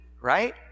right